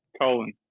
Colon